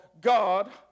God